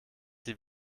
sie